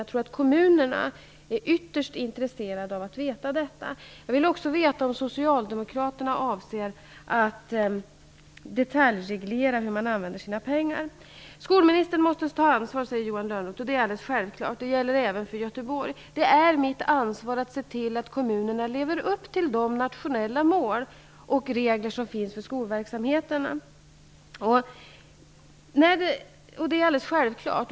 Jag tror att kommunerna är ytterst intresserade av att veta detta. Jag vill också veta om Socialdemokraterna avser att detaljreglera hur kommunerna använder sina pengar. Skolministern måste ta ansvar, säger Johan Lönnroth. Det är alldeles självklart. Det gäller även för Göteborg. Det är mitt ansvar att se till att kommunerna lever upp till de nationella mål och regler som finns för skolverksamheten. Det är alldeles självklart.